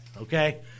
Okay